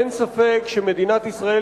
אין ספק שמדינת ישראל,